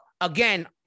again